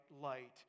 light